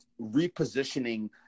repositioning